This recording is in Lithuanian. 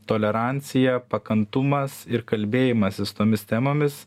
tolerancija pakantumas ir kalbėjimasis tomis temomis